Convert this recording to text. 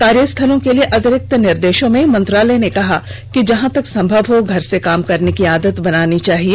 कार्यस्थलों के लिए अतिरिक्त निर्देशों में मंत्रालय ने कहा कि जहां तक संभव हो घर से काम करने की आदत अपनानी चाहिए